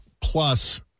plus